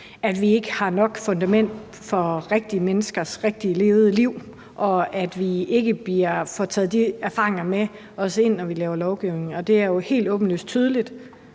at vi ikke er funderet nok i rigtige menneskers rigtige levede liv, og at vi ikke får taget de erfaringer med os ind, når vi laver lovgivning. Det er jo helt åbenlyst og tydeligt,